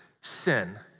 sin